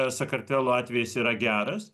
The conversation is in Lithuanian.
sakartvelo atvejis yra geras